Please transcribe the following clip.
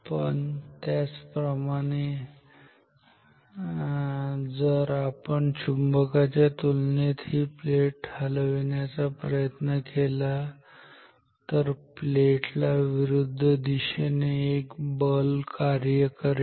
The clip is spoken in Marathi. पण त्याच प्रमाणे जर आपण चुंबकाच्या तुलनेत ही प्लेट हलविण्याचा प्रयत्न केला तर प्लेट ला विरुद्ध दिशेने एक बल कार्य करेल